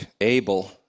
Abel